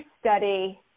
study